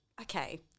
okay